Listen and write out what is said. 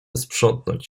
sprzątnąć